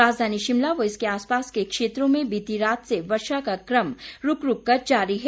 राजधानी शिमला व इसके आसपास के क्षेत्रों में बीती रात से वर्षा का कम रूक रूक कर जारी है